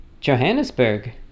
Johannesburg